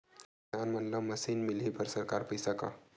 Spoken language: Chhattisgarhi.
किसान मन ला मशीन मिलही बर सरकार पईसा का?